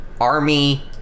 army